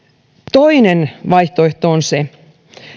toinen vaihtoehto on se